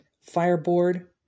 fireboard